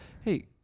Hey